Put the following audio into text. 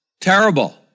Terrible